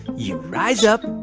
you rise up,